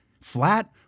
flat